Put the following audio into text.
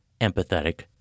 empathetic